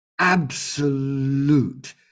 absolute